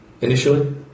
Initially